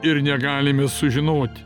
ir negalime sužinoti